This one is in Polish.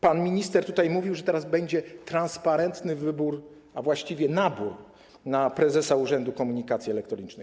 Pan minister tutaj mówił, że teraz będzie transparentny wybór, a właściwie nabór na prezesa Urzędu Komunikacji Elektronicznej.